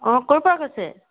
অঁ ক'ৰ পৰা কৈছে